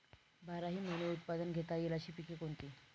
बाराही महिने उत्पादन घेता येईल अशी पिके कोणती?